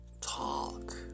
talk